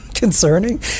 concerning